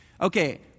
Okay